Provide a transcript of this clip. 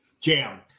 Jam